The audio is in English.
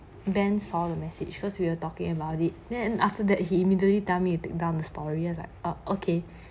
ben saw the message because we're talking about it then after that he immediately tell me you take down the story as like err okay